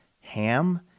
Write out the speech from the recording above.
Ham